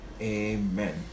Amen